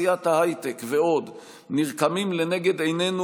השקעות בתעשיית ההייטק ועוד נרקמים לנגד עינינו